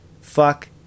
fuck